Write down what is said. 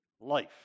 life